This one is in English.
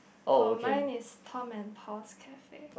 for mine is Tom and Paul's Cafe